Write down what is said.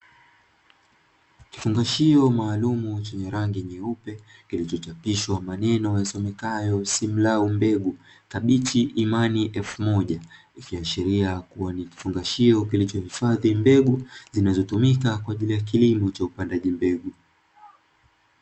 Kifungashio maalumu chenye rangi nyeupe, kilichochapishwa maneno yasomekayo: "Simlaw" mbegu,, kabichi, imani F moja; ikiashiria kuwa ni kifungashio kilichohifadhi mbegu, zinazotumika kwa ajili ya kilimo cha upandaji mbegu.